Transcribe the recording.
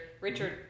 Richard